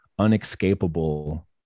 Unescapable